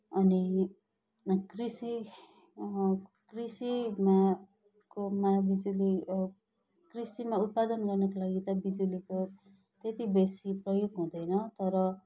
अनि कृषि कृषिमा कोमा बिजुली कृषिमा उत्पादन गर्नको लागि चाहिँ बिजुलीको त्यति बेसी प्रयोग हुँदैन तर